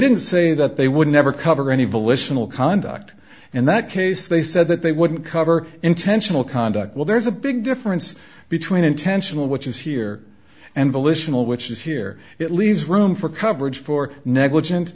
didn't say that they would never cover any evolution will conduct in that case they said that they wouldn't cover intentional conduct well there's a big difference between intentional which is here and volitional which is here it leaves room for coverage for negligen